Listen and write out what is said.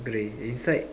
grey inside